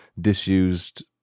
Disused